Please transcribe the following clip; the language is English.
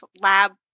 lab